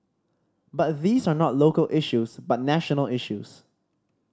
but these are not local issues but national issues